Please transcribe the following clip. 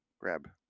Grab